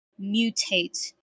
mutate